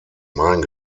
mein